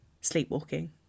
Sleepwalking